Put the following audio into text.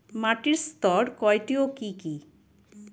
মাটির স্তর কয়টি ও কি কি?